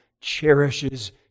cherishes